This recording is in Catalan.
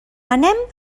anem